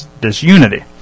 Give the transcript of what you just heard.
disunity